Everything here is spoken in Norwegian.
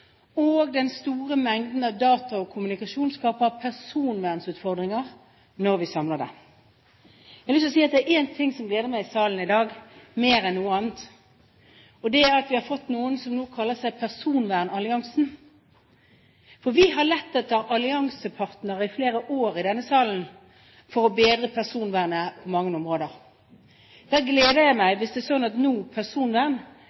og den store mengden av data og kommunikasjon skaper personvernutfordringer når vi samler det. Jeg har lyst til å si at det er en ting som gleder meg mer enn noe annet i salen i dag, og det er at vi har fått noen som nå kaller seg personvernalliansen. Vi har lett etter alliansepartnere i flere år i denne salen for å bedre personvernet på mange områder. Det gleder meg